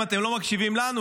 אם אתם לא מקשיבים לנו,